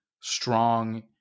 strong